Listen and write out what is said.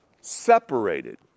Separated